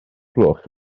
gloch